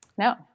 No